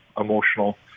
emotional